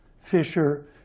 Fisher